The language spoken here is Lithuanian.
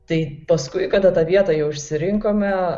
tai paskui kada tą vietą jau išsirinkome